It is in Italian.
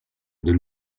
del